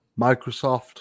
Microsoft